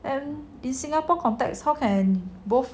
and in singapore context how can both